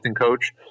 coach